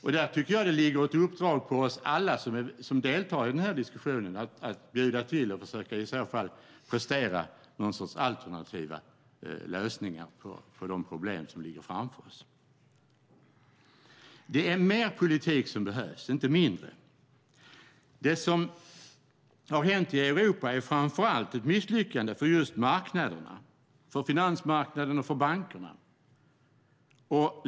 Jag tycker att det ligger ett uppdrag på oss alla som deltar i den här diskussionen att bjuda till och försöka prestera några alternativa lösningar på de problem som ligger framför oss. Det behövs mer politik, inte mindre. Det som har hänt i Europa är framför allt ett misslyckande för just marknaderna, för finansmarknaden och för bankerna.